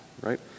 right